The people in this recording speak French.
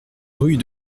rue